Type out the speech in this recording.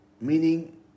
meaning